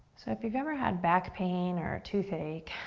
so if you've ever had back pain or a toothache,